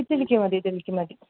ഇതിലേക്ക് മതി ഇതിലേക്ക് മതി